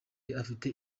afite